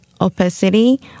opacity